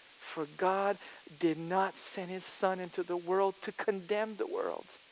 for god did not send his son into the world to condemn the world,